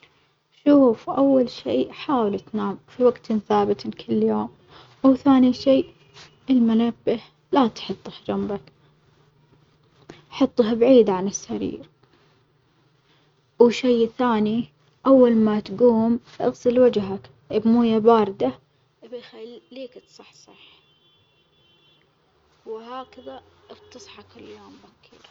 شوف أول شي حاول تنام في وجت ثابت كل يوم وثاني شي المنبه لا تحطه جنبك حطه بعيد عن السرير، وشي ثاني أول ما تجوم اغسل وجهك بموية باردة بيخليك تصحصح، وهكذا بتصحى كل يوم بكير.